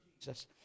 Jesus